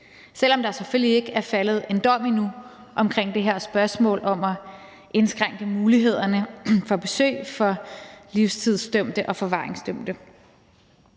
selv om der selvfølgelig ikke er faldet en dom endnu i forhold til det her spørgsmål om at indskrænke mulighederne for besøg til livstidsdømte og forvaringsdømte.